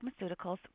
Pharmaceuticals